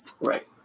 Right